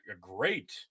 great